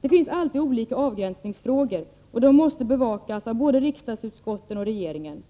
Det finns alltid olika avgränsningsfrågor, och de måste bevakas av både riksdagsutskotten och regeringen.